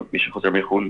מי שחוזר מחו"ל,